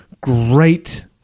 great